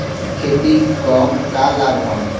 मिश्रित खेती क का लाभ ह?